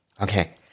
Okay